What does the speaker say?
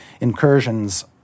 incursions